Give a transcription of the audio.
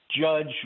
judge